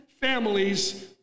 families